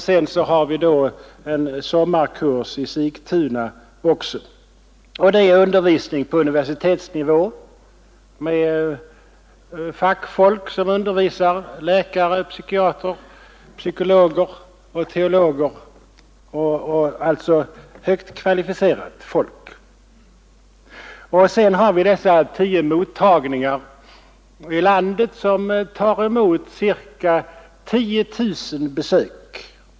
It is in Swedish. Dessutom finns en sommarkurs i Sigtuna. Undervisning sker på universitetsnivå med fackmän som undervisare — läkare, psykiater, psykologer och teologer. Det är alltså fråga om högt kvalificerat folk. De tio mottagningarna i landet tar på ett år emot ca 10 000 besök.